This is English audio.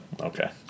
Okay